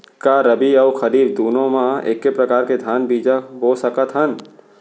का रबि अऊ खरीफ दूनो मा एक्के प्रकार के धान बीजा बो सकत हन?